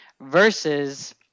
versus